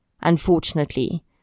Unfortunately